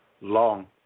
long